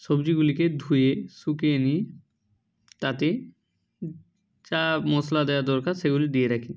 সবজিগুলিকে ধুয়ে শুকিয়ে নিই তাতে যা মশলা দেওয়া দরকার সেগুলি দিয়ে রাখি